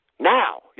Now